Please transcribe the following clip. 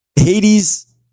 Hades